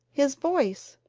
his voice!